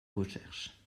recherche